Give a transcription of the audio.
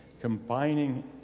combining